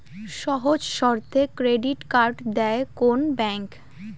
সহজ শর্তে credit card দেয় কোন ব্যাংক?